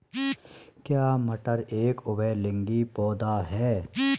क्या मटर एक उभयलिंगी पौधा है?